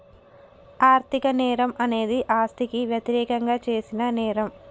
ఆర్థిక నేరం అనేది ఆస్తికి వ్యతిరేకంగా చేసిన నేరం